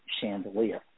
chandelier